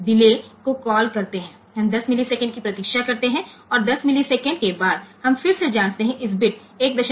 તો આપણે 10 મિલિસેકન્ડ ના વિલંબ માટે કૉલ કરીએ છીએ અને આપણે 10 મિલિસેકન્ડની રાહ જોઈએ છીએ અને 10 મિલિસેકન્ડ પછી આપણે ફરીથી એ તપાસ કરીએ છીએ કે બીટ 1